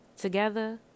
together